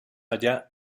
allá